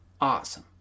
Awesome